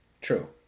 True